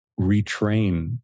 retrain